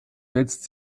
setzt